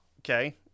Okay